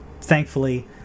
Thankfully